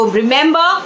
remember